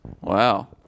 Wow